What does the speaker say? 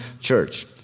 church